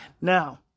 now